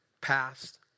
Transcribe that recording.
past